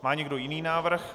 Má někdo jiný návrh?